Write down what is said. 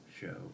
Show